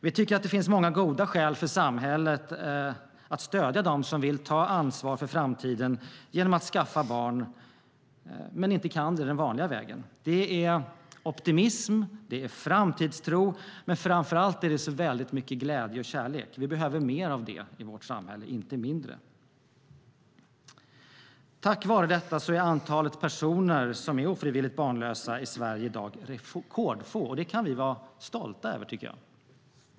Vi tycker att det finns många goda skäl för samhället att stödja dem som vill ta ansvar för framtiden genom att skaffa barn men inte kan det på den vanliga vägen. Det är optimism och framtidstro men framför allt mycket glädje och kärlek. Vi behöver mer av det i vårt samhälle, inte mindre. Tack vare detta är rekordfå personer ofrivilligt barnlösa i Sverige, och det kan vi vara stolta över.